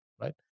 right